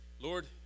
Lord